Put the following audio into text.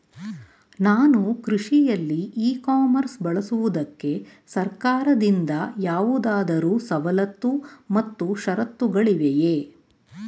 ನಾನು ಕೃಷಿಯಲ್ಲಿ e commerce ಬಳಸುವುದಕ್ಕೆ ಸರ್ಕಾರದಿಂದ ಯಾವುದಾದರು ಸವಲತ್ತು ಮತ್ತು ಷರತ್ತುಗಳಿವೆಯೇ?